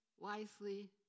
Wisely